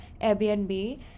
Airbnb